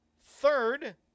Third